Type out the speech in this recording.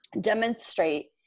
demonstrate